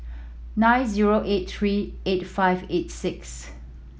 nine zero eight three eight five eight six